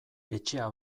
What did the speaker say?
etxea